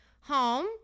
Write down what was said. home